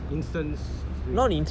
instant sweet